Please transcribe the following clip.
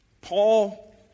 Paul